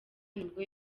nibwo